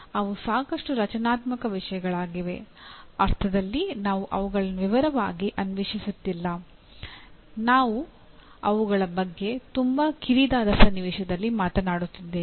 ಅವು ಸಾಕಷ್ಟು ರಚನಾತ್ಮಕ ವಿಷಯಗಳಾಗಿವೆ ಅರ್ಥದಲ್ಲಿ ನಾವು ಅವುಗಳನ್ನು ವಿವರವಾಗಿ ಅನ್ವೇಷಿಸುತ್ತಿಲ್ಲ ಮತ್ತು ನಾವು ಅವುಗಳ ಬಗ್ಗೆ ತುಂಬಾ ಕಿರಿದಾದ ಸನ್ನಿವೇಶದಲ್ಲಿ ಮಾತನಾಡುತ್ತಿದ್ದೇವೆ